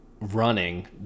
running